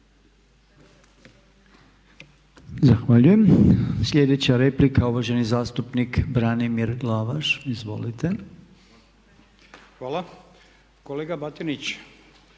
Zahvaljujem. Slijedeća replika uvaženi zastupnik Branimir Glavaš. Izvolite. **Glavaš, Branimir